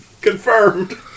Confirmed